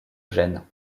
gène